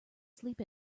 sleep